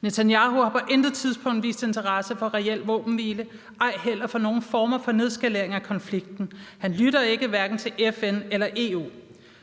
Netanyahu har på intet tidspunkt vist interesse for reel våbenhvile, ej heller for nogen former for nedskalering af konflikten. Han lytter ikke, hverken til FN eller EU.